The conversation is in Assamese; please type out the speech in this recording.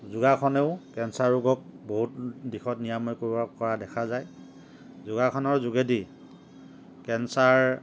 যোগাসনেও কেঞ্চাৰ ৰোগক দিশত নিৰাময় কৰোৱা কৰা দেখা যায় যোগাসনৰ যোগেদি কেঞ্চাৰ